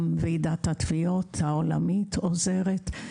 גם ועדת התביעות העולמית עוזרת בעניין,